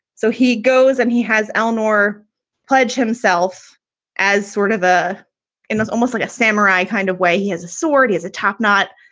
so he goes and he has eleanor pledge himself as sort of the and almost like a samurai kind of way. he has a sword, he is a topknot,